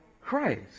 Christ